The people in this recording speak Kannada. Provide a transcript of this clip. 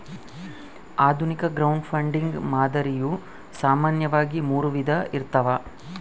ಆಧುನಿಕ ಕ್ರೌಡ್ಫಂಡಿಂಗ್ ಮಾದರಿಯು ಸಾಮಾನ್ಯವಾಗಿ ಮೂರು ವಿಧ ಇರ್ತವ